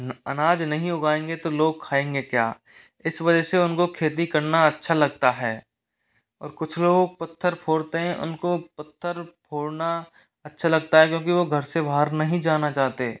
अनाज नहीं उगाएंगे तो लोग खाएंगे क्या इस वजह से उनको खेती करना अच्छा लगता है और कुछ लोगों को पत्थर फोड़ते है उनको पत्थर फोड़ना अच्छा लगता है क्योंकि वह घर से बाहर नहीं जाना चाहते